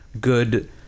good